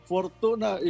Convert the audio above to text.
Fortuna